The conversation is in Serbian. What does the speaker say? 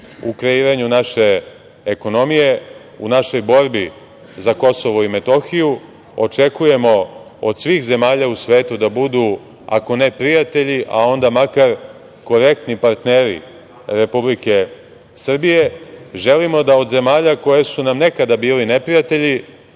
u kreiranju naše ekonomije, u našoj borbi za Kosovo i Metohiju. Očekujemo od svih zemalja u svetu da budu ako ne prijatelji, a onda makar korektni partneri Republike Srbije. Želimo da od zemalja koje su nam nekada bile neprijatelji